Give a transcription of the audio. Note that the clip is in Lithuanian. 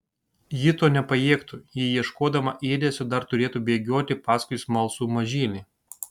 ji to nepajėgtų jei ieškodama ėdesio dar turėtų bėgioti paskui smalsų mažylį